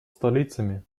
столицами